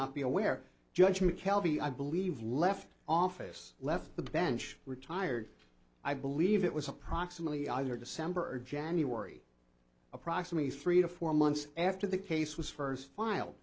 not be aware judgment kelby i believe left office left the bench retired i believe it was approximately either december or january approximately three to four months after the case was first